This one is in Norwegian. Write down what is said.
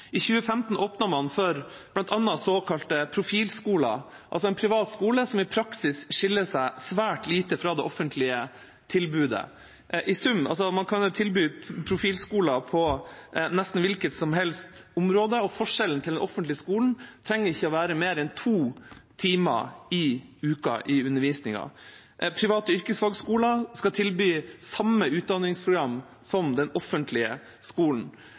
I 2015 åpnet man bl.a. for såkalte profilskoler, altså en privat skole som i praksis skiller seg svært lite fra det offentlige tilbudet i sum. Man kan tilby profilskoler på nesten hvilket som helst område, og forskjellen mellom dem og den offentlige skolen trenger ikke å gjelde mer enn to undervisningstimer i uka. Private yrkesfagsskoler skal tilby samme utdanningsprogram som den offentlige skolen.